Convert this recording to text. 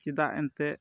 ᱪᱮᱫᱟᱜ ᱮᱱᱛᱮᱫ